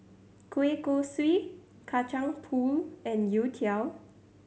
kueh kosui Kacang Pool and youtiao